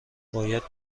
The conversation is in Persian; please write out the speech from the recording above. باید